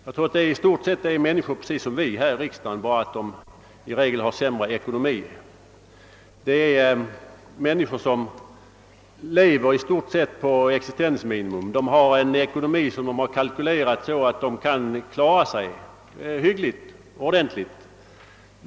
Jag tror att det i stort sett är människor precis sådana som vi här i riksdagen, bara med den skillnaden att de har sämre ekonomi. Det är människor som i stort sett lever på existensminimum. De har en ekonomi som de har kalkylerat så, att de kan klara sig hyggligt och ordentligt.